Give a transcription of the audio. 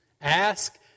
Ask